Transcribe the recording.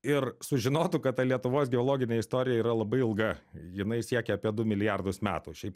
ir sužinotų kad ta lietuvos geologinė istorija yra labai ilga jinai siekia apie du milijardus metų šiaip